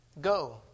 Go